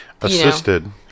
Assisted